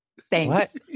Thanks